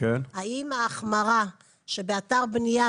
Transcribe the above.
האם ההחמרה שבאתר בניה,